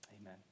Amen